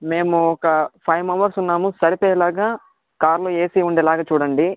మేము ఒక five members ఉన్నాము సరిపోయేలాగా కార్లో ఏసీ ఉండేలాగా చూడండి